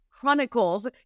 chronicles